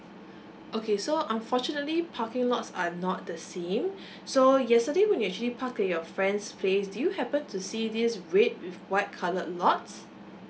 okay so unfortunately parking lots are not the same so yesterday when you actually park at your friend's place do you happen to see this red with white coloured lots